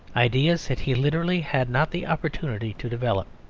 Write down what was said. ideas that he literally had not the opportunity to develop,